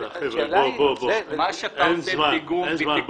חבר'ה, אין זמן.